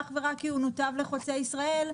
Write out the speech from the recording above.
אך ורק כי הוא נותב לחוצה ישראל,